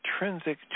intrinsic